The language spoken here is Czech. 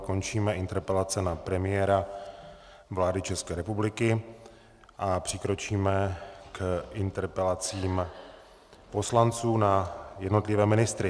Končíme interpelace na premiéra vlády České republiky a přikročíme k interpelacím poslanců na jednotlivé ministry.